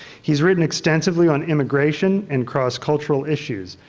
he has written extensively on immigration and cross cultural issues.